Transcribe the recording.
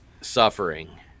suffering